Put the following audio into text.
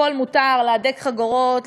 הכול מותר: להדק חגורות,